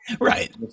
Right